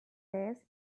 cases